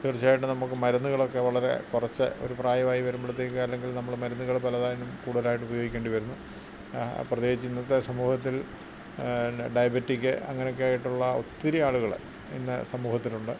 തീർച്ചയായിട്ടും നമുക്ക് മരുന്നുകളൊക്കെ വളരെ കുറച്ച് ഒരു പ്രായമായി വരുമ്പോഴത്തേക്ക് അല്ലങ്കിൽ നമ്മൾ മരുന്നുകൾ പലതായും കൂടുതലായിട്ടുപയോഗിക്കണ്ടി വരുന്നു പ്രത്യേകിച്ച് ഇന്നത്തെ സമൂഹത്തിൽ ഡയബറ്റിക്ക് അങ്ങനെയൊക്കെ ആയിട്ടുള്ള ഒത്തിരി ആളുകൾ ഇന്ന് സമൂഹത്തിലുണ്ട്